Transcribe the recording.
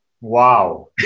wow